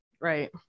Right